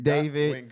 David